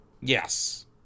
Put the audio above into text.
Yes